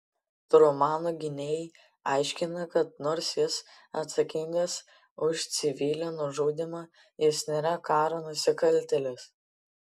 trumano gynėjai aiškina kad nors jis atsakingas už civilių nužudymą jis nėra karo nusikaltėlis